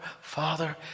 Father